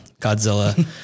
Godzilla